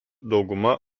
dauguma